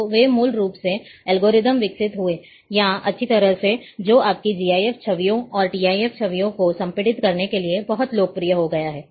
तो वे मूल रूप से एल्गोरिथ्म विकसित हुए या अच्छी तरह से जो आपकी GIF छवियों और टीआईएफ छवियों को संपीड़ित करने के लिए बहुत लोकप्रिय हो गया है